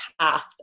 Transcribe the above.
path